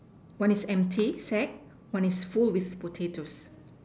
one is empty sack one is full with potatoes